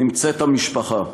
נמצאת המשפחה.